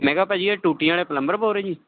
ਮੈਂ ਕਿਹਾ ਭਾਜੀ ਆਹ ਟੂਟੀਆਂ ਆਲੇ ਪਲੰਬਰ ਬੋਲ ਰਹੇ ਜੀ